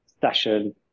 session